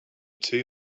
two